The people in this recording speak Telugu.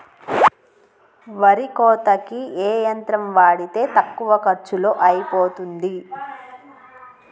వరి కోతకి ఏ యంత్రం వాడితే తక్కువ ఖర్చులో అయిపోతుంది?